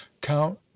count